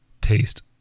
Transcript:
taste